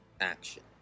action